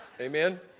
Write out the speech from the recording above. Amen